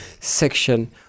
Section